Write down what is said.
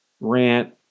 rant